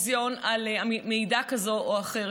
האירוויזיון על מעידה כזאת או אחרת.